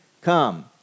come